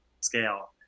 scale